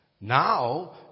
now